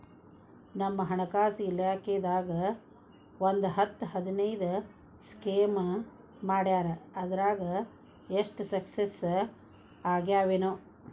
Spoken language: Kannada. ನಮ್ ಹಣಕಾಸ್ ಇಲಾಖೆದಾಗ ಒಂದ್ ಹತ್ತ್ ಹದಿನೈದು ಸ್ಕೇಮ್ ಮಾಡ್ಯಾರ ಅದ್ರಾಗ ಎಷ್ಟ ಸಕ್ಸಸ್ ಆಗ್ಯಾವನೋ